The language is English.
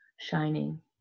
shining